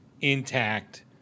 intact